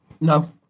No